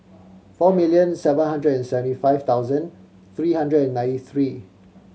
four million seven hundred and seventy five thousand three hundred and ninety three